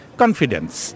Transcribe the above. confidence